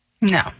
No